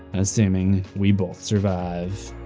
assuming we both survive.